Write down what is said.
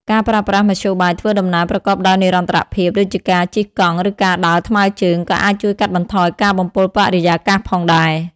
ការប្រើប្រាស់មធ្យោបាយធ្វើដំណើរប្រកបដោយនិរន្តរភាពដូចជាការជិះកង់ ឬការដើរថ្មើជើង ក៏អាចជួយកាត់បន្ថយការបំពុលបរិយាកាសផងដែរ។